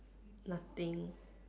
nothing